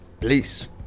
Please